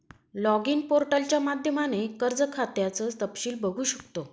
login पोर्टलच्या माध्यमाने कर्ज खात्याचं तपशील बघू शकतो